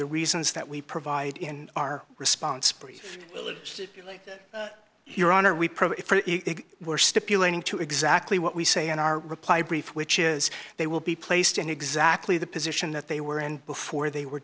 the reasons that we provide in our response brief your honor we were stipulating to exactly what we say in our reply brief which is they will be placed in exactly the position that they were in before they were